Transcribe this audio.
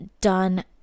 done